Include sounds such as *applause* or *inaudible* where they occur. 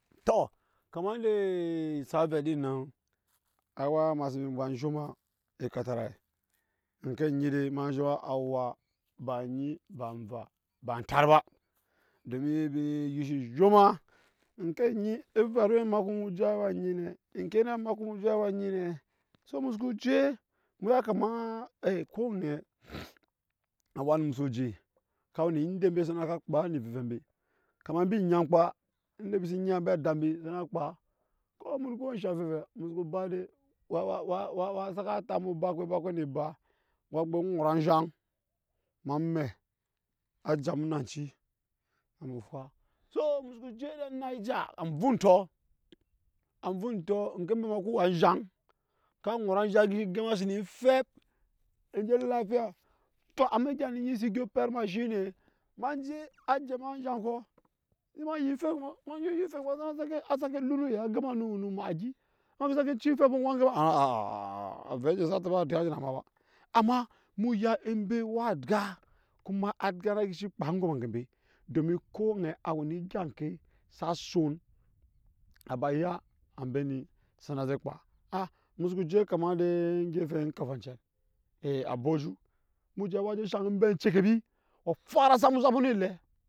Tɔɔ, kama inde sa vɛ din, nan a waa ema sen gba zhoma ekatarai nke nyi dei ema zhoma awa, ba nyi, ba enva ba entat ba, domin embi disi zhoma, nke nyi evanu we makpu mu je a waa nyi nɛ nke nɛ we makpu mu je a waa nyi nɛ so musu ku jee emu ya kamaa e ko onɛ *hesitation* a waa mu so je ka we ne inda embe sa na ka kpa nɛ evɛ ve mbe kama embi nyankpa inde embi se nyi ambe adida mbi sa kpaa ko mu ku we ensha ve-ve- evu soko ba dai *hesitation* sa ka tap emu ba kpe bakpe ne aba waa gbai ŋoot anzhan amɛ aja mu nanci emu fwa so emu su je ede naija anvuntɔ anvuntɔ nke be ma kuwe enzhan waa disi nɔɔt anzhan a gema si ne efɛp enje lafia to amma egya ne nyi se dyo pɛt ma shine emanje a ja ma anzhan kɔ ema ya efep kuma eman dyɔɔ ya efɛpɔp *hesitation* a sake lun oyaya gema no omagi ema vii sa ke ciya efɛpɔ kuma ema vɛ endeke emana a a avɛ anjei sa ta ba nya ŋke a wene egya sa soon a ba ya anbe ni sa na kpaa, aa emu so ko je kama edegefen kafachan e e abaju emu je ga waa je shaŋ onmbai ecokobi a fara sa mu ozap edem.